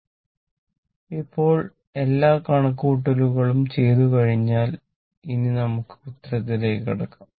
ഇപ്പോൾ അപ്പോൾ എല്ലാ കണക്കുകൂട്ടലും ചെയ്തു കഴിഞ്ഞു ഇനി നമുക്ക് ഉത്തരത്തിലേക്ക് കിടക്കാം